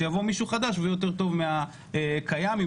שיבוא מישהו חדש ויהיה יותר טוב מהקיים עם